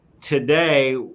Today